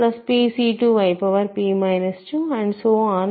కాబట్టి మీకు yppyp 1pC2yp 2